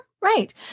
Right